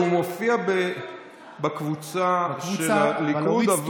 הוא מופיע בקבוצה של הליכוד,